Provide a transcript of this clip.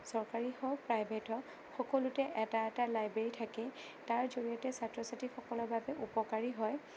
চৰকাৰী হওঁক প্ৰাইভেট হওঁক সকলোতে এটা এটা লাইব্ৰেৰী থাকে তাৰ জড়িয়তে ছাত্ৰ ছাত্ৰীসকলৰ বাবে উপকাৰী হয়